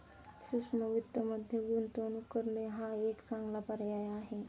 सूक्ष्म वित्तमध्ये गुंतवणूक करणे हा एक चांगला पर्याय आहे